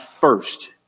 first